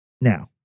Now